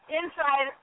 inside